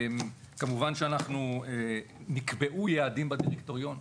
כמובן שאנחנו, נקבעו יעדים בדירקטוריון,